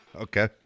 Okay